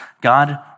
God